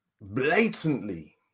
blatantly